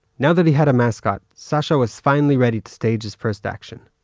now that he had a mascot, sasha was finally ready to stage his first action.